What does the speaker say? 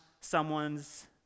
someone's